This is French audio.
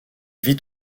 vit